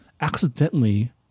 accidentally